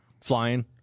Flying